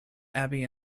abbey